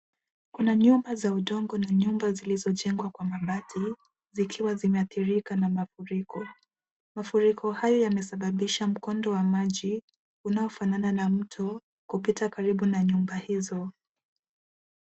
Kuna nyumba za udongo na nyumba zilizojengwa kwa mabati zikiwa zimathirika na mafuriko .Mafuriko hayo yamesababisha mkondo wa maji unaofanana na mto kupitaa karibu na nyumba hizo.